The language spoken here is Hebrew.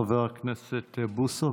חבר הכנסת בוסו,